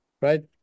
right